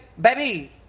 baby